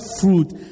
fruit